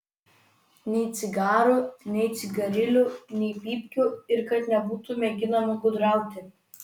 nei cigarų nei cigarilių nei pypkių ir kad nė nebūtų mėginama gudrauti